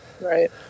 Right